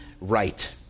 right